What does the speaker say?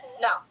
No